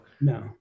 No